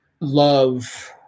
love